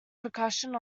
percussion